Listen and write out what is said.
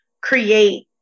create